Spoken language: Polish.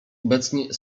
obecnie